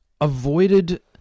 avoided